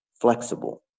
flexible